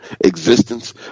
existence